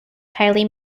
kylie